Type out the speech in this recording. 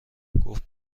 گفت